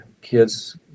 kids